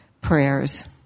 prayers